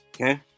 Okay